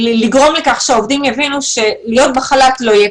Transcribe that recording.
לגרום לכך שהעובדים יבינו שלהיות בחל"ת לא יהיה